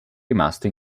rimasto